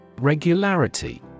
Regularity